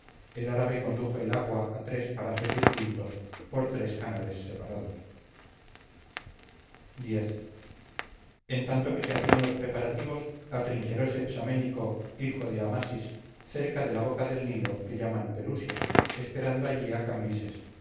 el árabe condujo el agua a tres parajes distintos por tres canales separados x en tanto que se hacían los preparativos atrincheróse psaménito hijo de amasis cerca de la boca del nilo que llaman pelusia esperando allí a cambises